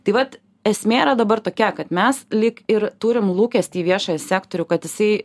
tai vat esmė yra dabar tokia kad mes lyg ir turim lūkestį į viešąjį sektorių kad jisai